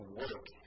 work